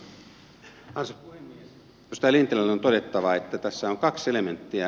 edustaja lintilälle on todettava että tässä on kaksi elementtiä